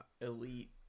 elite